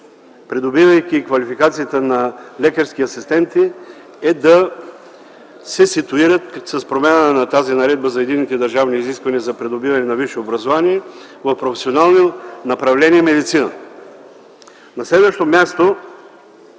придобивайки квалификацията на лекарски асистенти, е да се ситуират с промяната на тази Наредба за единните държавни изисквания за придобиване на висше образование, в професионално направление „Медицина”.